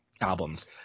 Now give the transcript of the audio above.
albums